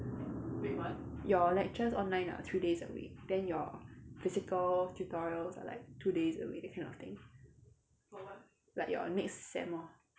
your lectures online are three days a week then your physical tutorials are like two days a week that kind of thing like your next sem lor